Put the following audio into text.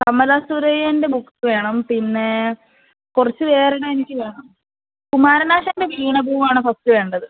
കമലാ സുരയ്യേൻ്റെ ബുക്ക്സ് വേണം പിന്നെ കുറച്ച് വേറെ എണ്ണം എനിക്ക് വേണം കുമാരനാശാൻ്റെ വീണപൂവാണ് ഫസ്റ്റ് വേണ്ടത്